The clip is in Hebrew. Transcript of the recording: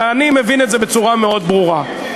אני מבין את זה בצורה מאוד ברורה.